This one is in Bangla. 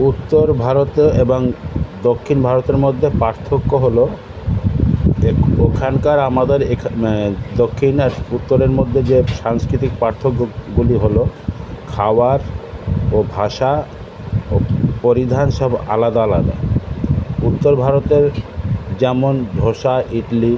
উত্তর ভারতে এবং দক্ষিণ ভারতের মধ্যে পার্থক্য হলো ওখানকার আমাদের এখা দক্ষিণ আর উত্তরের মধ্যে যে সাংস্কৃতিক পার্থক্যগুলি হলো খাওয়ার ও ভাষা পরিধান সব আলাদা আলাদা উত্তর ভারতের যেমন ধোসা ইডলি